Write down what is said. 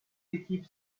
équipes